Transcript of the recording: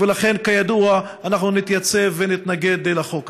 ולכן כידוע אנחנו נתייצב ונתנגד לחוק הזה.